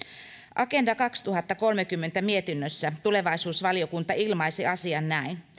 agenda kaksituhattakolmekymmentä mietinnössä tulevaisuusvaliokunta ilmaisi asian näin